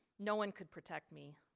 no one could protect me.